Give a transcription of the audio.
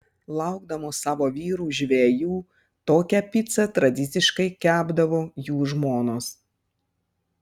laukdamos savo vyrų žvejų tokią picą tradiciškai kepdavo jų žmonos